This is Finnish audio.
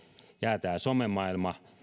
jää tämä some maailma